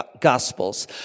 Gospels